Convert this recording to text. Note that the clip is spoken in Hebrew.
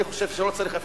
אני חושב שלא צריך אפילו,